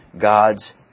God's